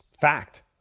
Fact